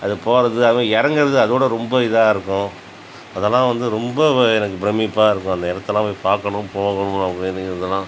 அது போவது அது மாரி இறங்குறது அதை விட ரொம்ப இதாக இருக்கும் அதெலாம் வந்து ரொம்ப எனக்கு பிரம்மிப்பாக இருக்கும் அந்த இடத்தலாம் போய் பார்க்கணும் போகணும் அது மாரி இதெலாம்